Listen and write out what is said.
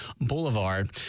Boulevard